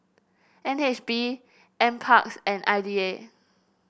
N H B NParks and I D A